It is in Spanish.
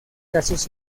casos